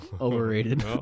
overrated